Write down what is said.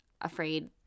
afraid